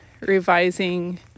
revising